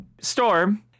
Storm